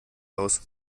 aus